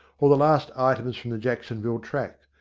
or the last items from the jacksonville track,